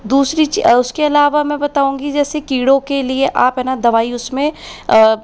दूसरी ची उसके अलावा मैं बताऊँगी जैसे कीड़ों के लिए आप है न दवाई उसमें